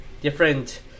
different